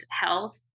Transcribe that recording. health